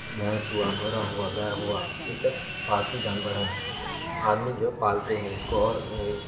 بھینس ہوا گھوڑا ہوا گائے ہوا یہ سب پالتو جانور ہیں آدمی جو پالتے ہیں اس کو اور